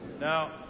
Now